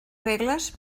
regles